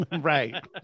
Right